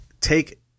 take